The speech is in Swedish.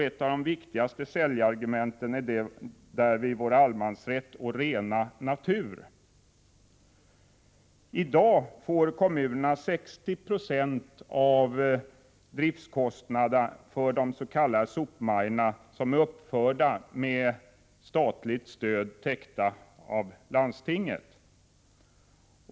Ett av de viktigaste säljargumenten är därvid vår allemansrätt och vår rena natur. I dag får kommunerna 6096 av kostnaderna för driften av de s.k. sopmajorna — som är uppförda med statligt stöd — täckta av landstingen.